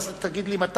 אז תגיד לי מתי,